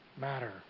matter